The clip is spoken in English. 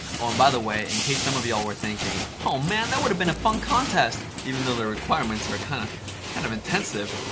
oh and by the way, in case some of y'all were thinking, oh man, that would have been a fun contest! even though the requirements are kind of kind of intensive,